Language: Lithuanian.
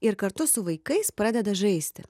ir kartu su vaikais pradeda žaisti